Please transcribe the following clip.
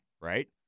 right